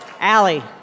Allie